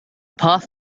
path